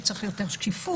שצריך יותר שקיפות.